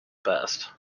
best